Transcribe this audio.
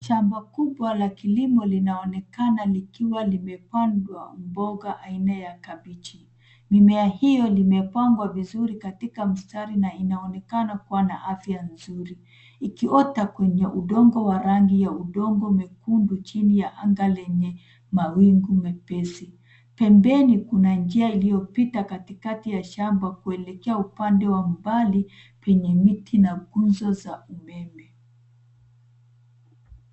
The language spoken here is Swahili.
Shamba kubwa la kilimo linaonekana likiwa limepandwa mboga aina ya kabichi. Mimea hiyo limepangwa vizuri katika mstari na inaonekana kuwa na afya nzuri ikiwata kwenye udongo wa rangi ya udongo mwekundu chini ya anga lenye mawingu mepesi. Pembeni kuna njia iliyopita katikati ya shamba kuelekea upande wa mbali penye miti na nguzo za umeme.